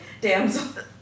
damsel